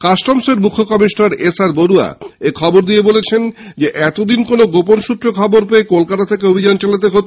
কাস্টমসের মুখ্য commissioner SR Barua এখবর জানিয়ে বলেন এতদিন কোনও গোপন সূত্রে খবর পেয়ে কলকাতা থেকে অভিযান চালাতে হত